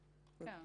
כן.